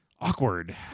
Awkward